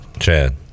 Chad